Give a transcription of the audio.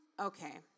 Okay